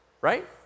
Right